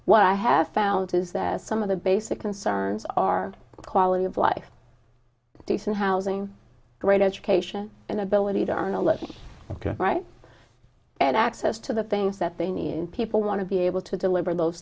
what i have found is that some of the basic concerns are quality of life decent housing great education and ability to an election right and access to the things that they need people want to be able to deliver those